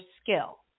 skill